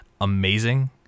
amazing